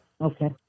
Okay